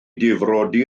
difrodi